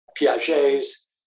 piaget's